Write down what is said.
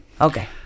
Okay